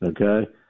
okay